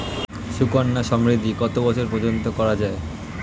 সুকন্যা সমৃদ্ধী কত বয়স পর্যন্ত করা যায়?